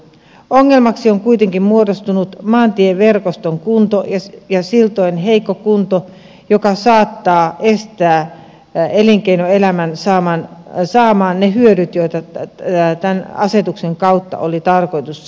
ongelmaksi on kuitenkin muodostunut maantieverkoston kunto ja siltojen heikko kunto joka saattaa estää elinkeinoelämää saamasta niitä hyötyjä joita tämän asetuksen kautta oli tarkoitus saada